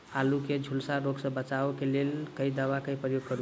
आलु केँ झुलसा रोग सऽ बचाब केँ लेल केँ दवा केँ प्रयोग करू?